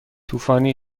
طوفانی